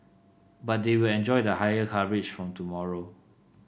but they will enjoy the higher coverage from tomorrow